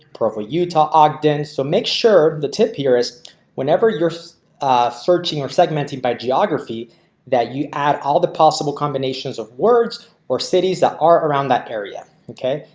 provo utah, ogden. so make sure the tip here is whenever you're searching or segmenting by geography that you add all the possible combinations of words or cities that are around that area okay,